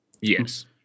Yes